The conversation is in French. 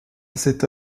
cette